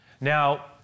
Now